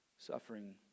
suffering